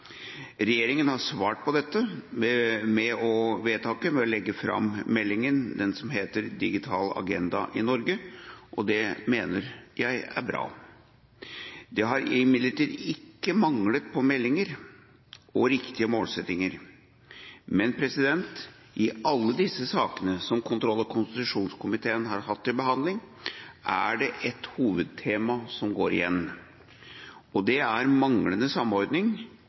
Regjeringen har svart på dette vedtaket ved å legge fram meldingen, den som heter «Digital agenda for Norge», og det mener jeg er bra. Det har imidlertid ikke manglet på meldinger og riktige målsettinger, men i alle disse sakene som kontroll- og konstitusjonskomiteen har hatt til behandling, er det ett hovedtema som går igjen, og det er manglende samordning